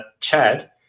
Chad